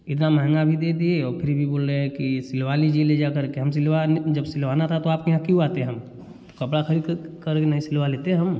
इतना महँगा भी दे दिए और फिर भी बोल रहे हैं की सिलवा लीजिए ले जा करके हम सिलवा ने जब सिलवाना था तो आपके यहाँ क्यों आते हम कपड़ा ख़रीद क नहीं सिलवा लेते हम